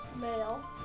Male